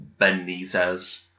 Benitez